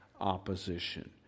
opposition